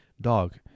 Dog